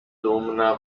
dumna